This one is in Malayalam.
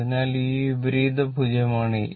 അതിനാൽ ഇത് വിപരീത ഭുജമാണ് a